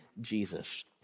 Jesus